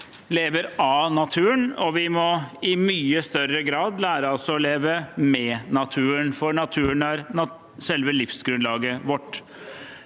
lever av naturen, og vi må i mye større grad lære oss å leve med naturen, for naturen er selve livsgrunnlaget vårt.